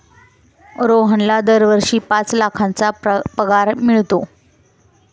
रोहनला दरवर्षी पाच लाखांचा पगार मिळतो